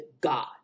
God